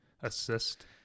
assist